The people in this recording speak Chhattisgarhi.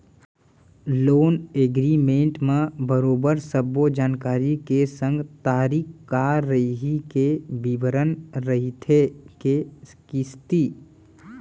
लोन एगरिमेंट म बरोबर सब्बो जानकारी के संग तारीख काय रइही के बिबरन रहिथे के किस्ती